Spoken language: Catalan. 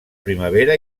primavera